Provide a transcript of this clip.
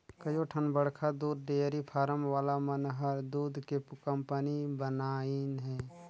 कयोठन बड़खा दूद डेयरी फारम वाला मन हर दूद के कंपनी बनाईंन हें